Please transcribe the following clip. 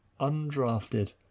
undrafted